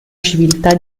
civiltà